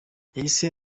yahise